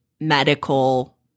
Medical